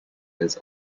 has